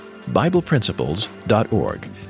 BiblePrinciples.org